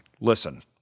Listen